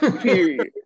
Period